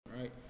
right